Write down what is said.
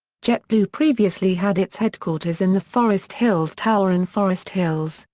jetblue previously had its headquarters in the forest hills tower in forest hills,